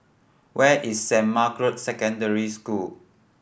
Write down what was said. where is Saint Margaret's Secondary School